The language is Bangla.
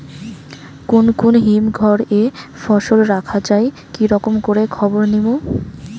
কুন কুন হিমঘর এ ফসল রাখা যায় কি রকম করে খবর নিমু?